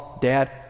dad